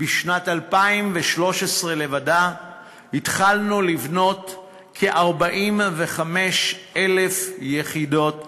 בשנת 2013 לבדה התחלנו לבנות כ-45,000 יחידות דיור.